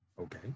Okay